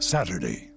Saturday